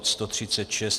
136.